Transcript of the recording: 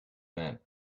meant